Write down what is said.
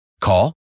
Call